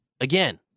again